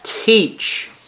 Teach